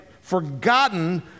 forgotten